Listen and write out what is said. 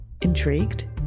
Intrigued